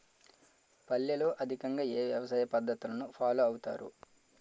పల్లెల్లో అధికంగా ఏ వ్యవసాయ పద్ధతులను ఫాలో అవతారు?